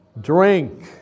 Drink